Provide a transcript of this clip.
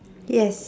yes